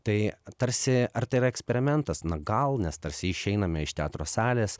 tai tarsi ar tai yra eksperimentas na gal nes tarsi išeiname iš teatro salės